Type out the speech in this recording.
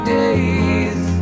days